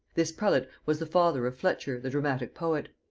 this prelate was the father of fletcher the dramatic poet.